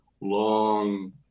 long